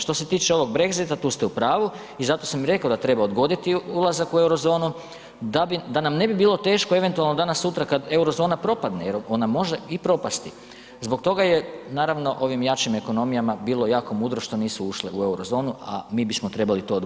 Što se tiče ovog Brexita, tu ste u pravu i zato sam i rekao da treba odgoditi ulazak u Euro zonu da nam ne bi bilo teško eventualno danas-sutra kad Euro zona propadne jer ona može i propasti, zbog toga je naravno ovim jačim ekonomijama bilo jako mudro što nisu ušle u Euro zonu a mi bismo trebali to odgoditi.